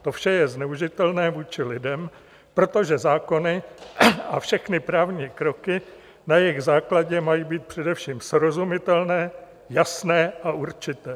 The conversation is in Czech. To vše je zneužitelné vůči lidem, protože zákony a všechny právní kroky na jejich základě mají být především srozumitelné, jasné a určité.